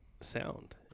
sound